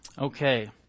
Okay